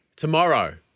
Tomorrow